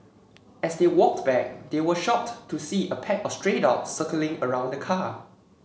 as they walked back they were shocked to see a pack of stray dogs circling around the car